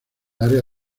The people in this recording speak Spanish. área